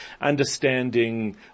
understanding